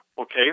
okay